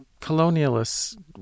colonialists